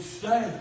say